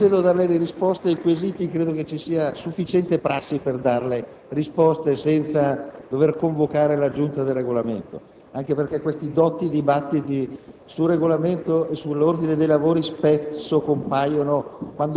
finestra"). Senatore Boccia, credo che ci sia sufficiente prassi per darle risposte senza dover convocare la Giunta per il Regolamento, anche perché questi dotti dibattiti sul Regolamento e sull'ordine dei lavori spesso compaiono in occasione